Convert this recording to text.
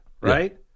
right